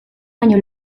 baino